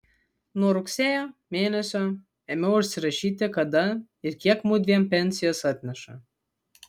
nuo rugsėjo mėnesio ėmiau užsirašyti kada ir kiek mudviem pensijos atneša